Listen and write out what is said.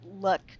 look